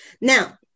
Now